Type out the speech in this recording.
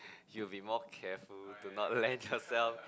you will be more careful to not land yourself